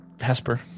Hesper